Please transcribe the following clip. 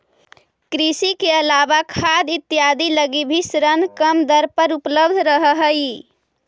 कृषि के अलावा खाद इत्यादि लगी भी ऋण कम दर पर उपलब्ध रहऽ हइ